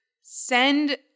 Send